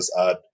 add